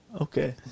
Okay